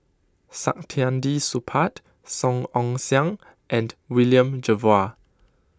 Saktiandi Supaat Song Ong Siang and William Jervois